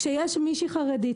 כשיש מישהי חרדית